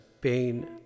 pain